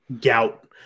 Gout